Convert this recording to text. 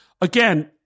again